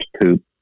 poop